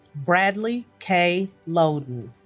bradley k. loden